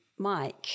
mike